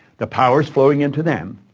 the power is flowing into them,